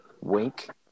Wink